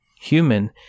Human